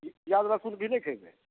पियाज लहसुन भी नहि खयबै